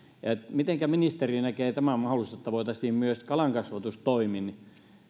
mitenkä ministeri näkee tämän mahdollisuuden että voitaisiin myös kalankasvatustoimin